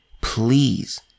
Please